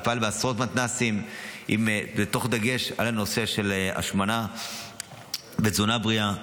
זה יפעל בעשרות מתנ"סים תוך דגש על נושא ההשמנה ותזונה בריאה.